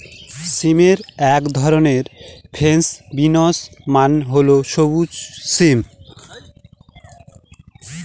সিমের এক ধরন ফ্রেঞ্চ বিনস মানে হল সবুজ সিম